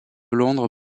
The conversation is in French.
londres